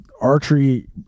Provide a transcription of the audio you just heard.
archery